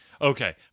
Okay